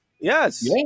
Yes